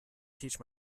teach